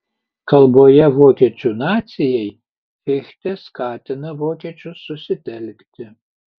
kalboje vokiečių nacijai fichtė skatina vokiečius susitelkti